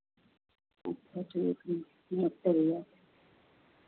okay ठीक है नमस्ते भैया